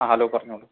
ആ ഹലോ പറഞ്ഞോളൂ